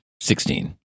Sixteen